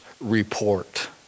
report